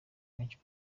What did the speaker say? menshi